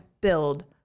build